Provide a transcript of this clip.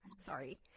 sorry